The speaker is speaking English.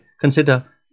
consider